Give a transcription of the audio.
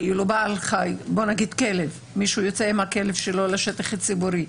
אם מישהו יוצא עם הכלב שלו לשטח הציבורי,